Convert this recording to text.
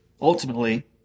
ultimately